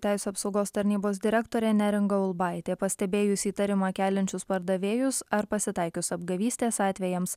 teisių apsaugos tarnybos direktorė neringa ulbaitė pastebėjus įtarimą keliančius pardavėjus ar pasitaikius apgavystės atvejams